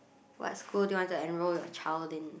what school do you want to enrol your child in